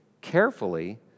carefully